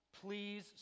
please